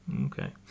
okay